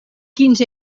quins